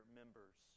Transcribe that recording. members